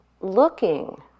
looking